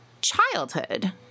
childhood